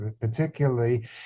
particularly